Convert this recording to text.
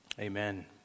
Amen